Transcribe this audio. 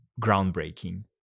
groundbreaking